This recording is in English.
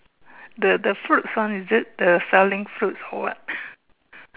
the the fruits one is it the selling fruits or what